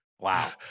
Wow